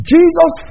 Jesus